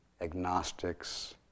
agnostics